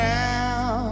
now